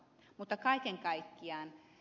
mutta kaiken kaikkiaan ed